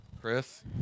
Chris